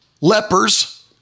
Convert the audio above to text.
lepers